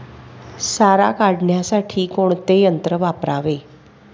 सारा काढण्यासाठी कोणते यंत्र वापरावे?